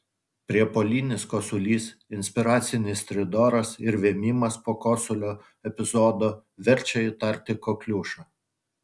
priepuolinis kosulys inspiracinis stridoras ir vėmimas po kosulio epizodo verčia įtarti kokliušą